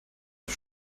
auf